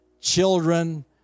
children